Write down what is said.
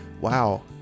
wow